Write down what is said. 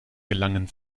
gelangen